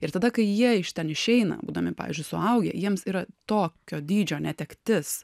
ir tada kai jie iš ten išeina būdami pavyzdžiui suaugę jiems yra tokio dydžio netektis